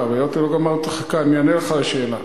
אני אענה לך על השאלה: